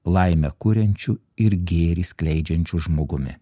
laimę kuriančiu ir gėrį skleidžiančiu žmogumi